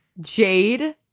Jade